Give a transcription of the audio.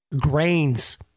Grains